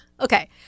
okay